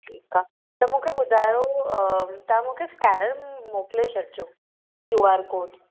ठीकु आहे त मूंखे ॿुधायो तव्हां मूंखे स्कैरन मोकिले छॾिजो क्यू आर कोड